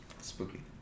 Spooky